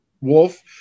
wolf